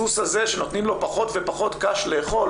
הסוס הזה שנותנים לו פחות ופחות קש לאכול